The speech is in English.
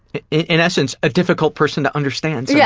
in essence, a difficult person to understand yeah